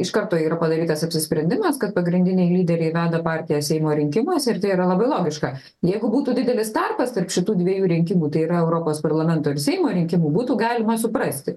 iš karto yra padarytas apsisprendimas kad pagrindiniai lyderiai veda partiją seimo rinkimuose ir tai yra labai logiška jeigu būtų didelis tarpas tarp šitų dvejų rinkimų tai yra europos parlamento ir seimo rinkimų būtų galima suprasti